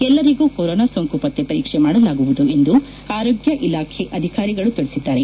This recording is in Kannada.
ಎಲ್ಲರಿಗೂ ಕೊರೋನಾ ಸೋಂಕು ಪತ್ತೆ ಪರೀಕ್ಷೆ ಮಾಡಲಾಗುವುದು ಎಂದು ಆರೋಗ್ಯ ಇಲಾಖೆ ಅಧಿಕಾರಿಗಳು ತಿಳಿಸಿದ್ದಾರೆ